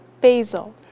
Basil